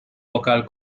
vocal